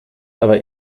aber